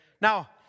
Now